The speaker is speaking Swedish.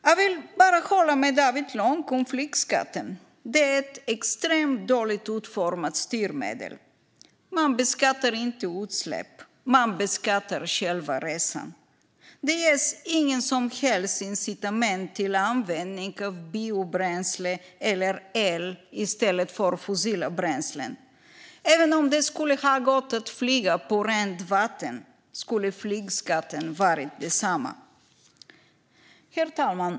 Jag kan bara hålla med David Lång om flygskatten - den är ett extremt dåligt utformat styrmedel. Man beskattar inte utsläpp, man beskattar själva resan. Det ges inget som helst incitament till användning av biobränsle eller el i stället för fossila bränslen. Även om det skulle ha gått att flyga på rent vatten skulle flygskatten ha varit densamma. Herr talman!